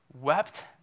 wept